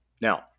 Now